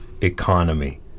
economy